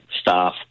staff